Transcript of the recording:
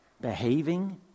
behaving